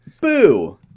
boo